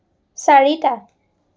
চাৰিটা